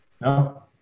no